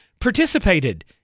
participated